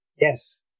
Yes